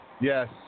Yes